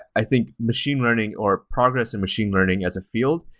i think machine learning, or progress in machine learning as a field,